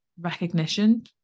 recognition